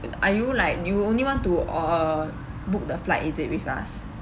uh are you like you only want to uh book the flight is it with us